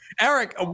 Eric